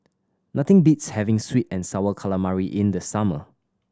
nothing beats having sweet and Sour Calamari in the summer